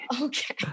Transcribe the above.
okay